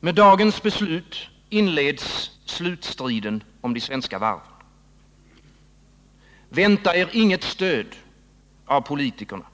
Med dagens beslut inleds slutstriden om de svenska varven. Vänta er inget stöd av politikerna!